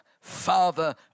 father